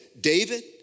David